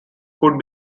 could